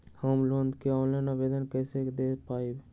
Home loan के online आवेदन कैसे दें पवई?